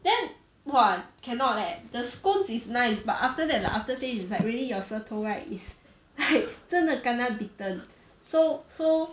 then !wah! cannot leh the scones is nice but after that aftertaste is like really your 舌头 right is like 真的 kena bitten so so